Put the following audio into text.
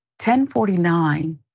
1049